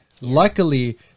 luckily